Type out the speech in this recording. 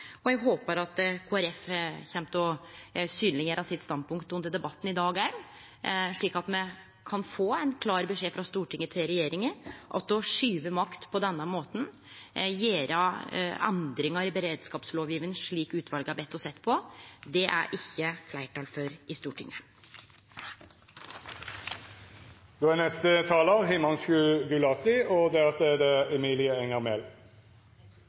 og eg håpar at Kristeleg Folkeparti kjem til å synleggjere sitt standpunkt under debatten òg i dag, slik at ein kan få gjeve ein klar beskjed frå Stortinget til regjeringa at det å skyve makt på denne måten, gjere endringar i beredskapslovgjevinga slik utvalet har bedt oss sjå på, er det ikkje fleirtal for i Stortinget. Jeg mener denne saken har to sider. Det ene er